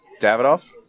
Davidoff